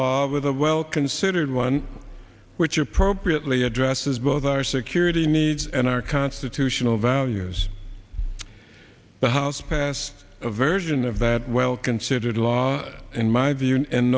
law with a well considered one which appropriately addresses both our security needs and our constitutional values the house passed a version of that well considered law in my view